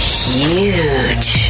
huge